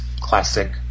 classic